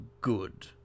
good